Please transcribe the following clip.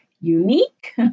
unique